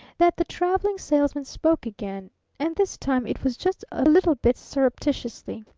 that the traveling salesman spoke again and this time it was just a little bit surreptitiously.